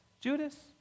Judas